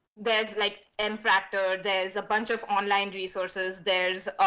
there's like m factor, there's a bunch of online resources, there's